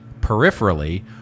peripherally